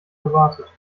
gewartet